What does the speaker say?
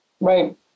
Right